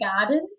garden